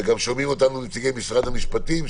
וגם שומעים אותנו נציגי משרד המשפטים.